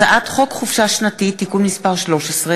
הצעת חוק חופשה שנתית (תיקון מס' 13),